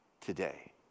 today